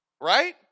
Right